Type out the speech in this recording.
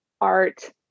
art